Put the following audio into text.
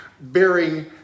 bearing